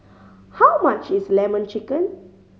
how much is Lemon Chicken